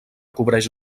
cobreix